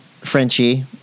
Frenchie